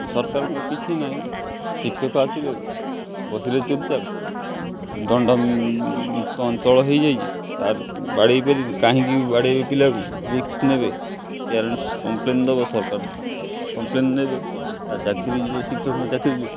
ସରକାରଙ୍କ କିଛି ନାହିଁ ଶିକ୍ଷକ ଆସିଲେ ବସିଲେ ଚୁପଚାପ୍ ଦଣ୍ଡମୁକ୍ତ ଅଞ୍ଚଳ ହେଇଯାଇଛି ସାର୍ ବାଡ଼େଇ ପାରିବେନି କାହିଁକି ବାଡ଼େଇବେ ପିଲାକୁ ରିକ୍ସ ନେବେ ପ୍ୟାରେଣ୍ଟସ କମ୍ପ୍ଲେନ ଦେବ ସରକାର କମ୍ପ୍ଲେନ ନେବେ ତା ଚାକିରି ଯିବ ଶିକ୍ଷକଙ୍କ ଚାକିରି ଯିବ